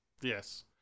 Yes